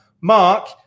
Mark